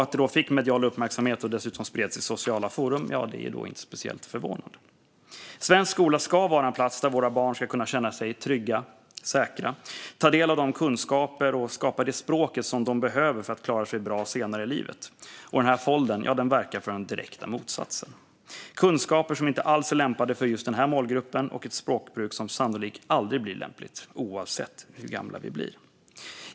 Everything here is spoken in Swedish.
Att det fick medial uppmärksamhet och dessutom spreds i sociala forum är då inte speciellt förvånande. Svensk skola ska vara en plats där våra barn ska kunna känna sig trygga och säkra, ta del av de kunskaper och få det språk som de behöver för att klara sig bra senare i livet. Och den här foldern verkar i den direkta motsatsen med kunskaper som inte alls är lämpade för just den här målgruppen och ett språkbruk som sannolikt aldrig blir lämpligt, oavsett hur gammal man är.